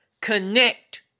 connect